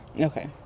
Okay